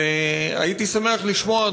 הייתי שמח לשמוע,